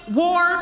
war